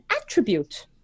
attribute